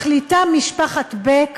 מחליטה משפחת בק